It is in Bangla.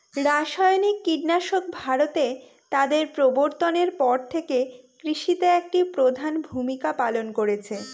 রাসায়নিক কীটনাশক ভারতে তাদের প্রবর্তনের পর থেকে কৃষিতে একটি প্রধান ভূমিকা পালন করেছে